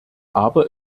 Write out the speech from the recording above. aber